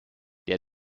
der